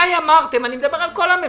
אני מדבר על כל הממשלה,